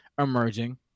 emerging